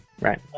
Right